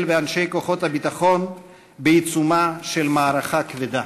ואנשי כוחות הביטחון בעיצומה של מערכה כבדה.